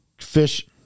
fish